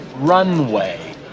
runway